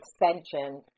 extension